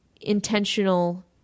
intentional